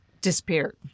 disappeared